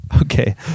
okay